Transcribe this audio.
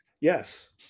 Yes